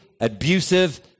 abusive